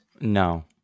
No